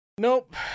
Nope